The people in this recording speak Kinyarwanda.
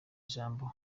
ijambo